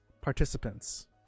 participants